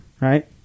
right